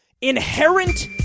inherent